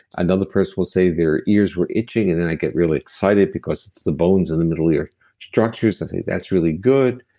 another person will say, their ears were itching, and then i get really excited, because it's the bones in the middle ear structures. i and say, that's really good.